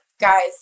guys